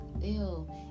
ew